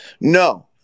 No